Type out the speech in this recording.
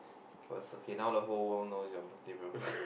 first okay now the whole world knows your birthday real